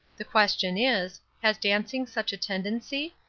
the question is, has dancing such a tendency?